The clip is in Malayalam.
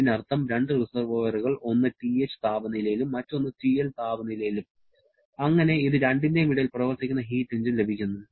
ഇതിനർത്ഥം രണ്ട് റിസെർവോയറുകൾ ഒന്ന് TH താപനിലയിലും മറ്റൊന്ന് TL താപനിലയിലും അങ്ങനെ ഇത് രണ്ടിന്റെയും ഇടയിൽ പ്രവർത്തിക്കുന്ന ഹീറ്റ് എഞ്ചിൻ ലഭിക്കുന്നു